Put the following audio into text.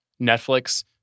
Netflix